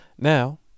Now